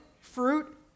fruit